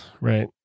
right